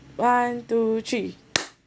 one two three